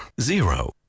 zero